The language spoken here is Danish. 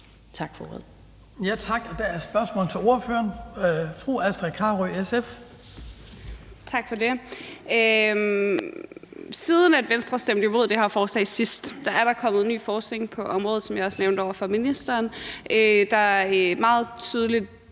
Tak for ordet.